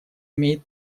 имеет